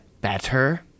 better